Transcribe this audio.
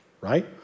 right